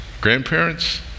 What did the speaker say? grandparents